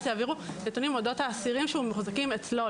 יעבירו נתונים על אודות האסירים שמוחזקים אצלו,